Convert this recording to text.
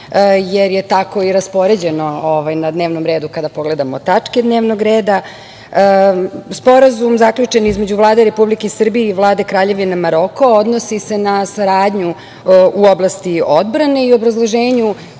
jer je tako i raspoređeno na dnevnom redu kada pogledamo tačke dnevnog reda. Sporazum zaključen između Vlade Republike Srbije i Vlade Kraljevine Maroko odnosi se na saradnju u oblasti odbrane. U obrazloženju